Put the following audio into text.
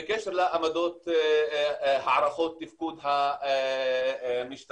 בקשר לעמדות הערכות תפקוד המשטרה.